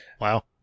Wow